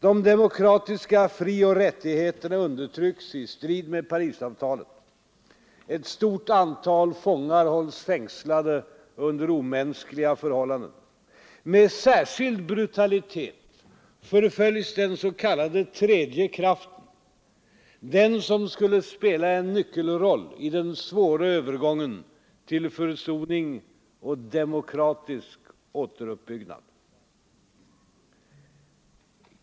De demokratiska frioch rättigheterna undertrycks i strid med Parisavtalet. Ett stort antal politiska fångar hålls fängslade under omänskliga förhållanden. Med särskild brutalitet förföljs den s.k. tredje kraften, den som skulle spela en nyckelroll i den svåra övergången till försoning och demokratisk återuppbyggnad.